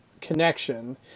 connection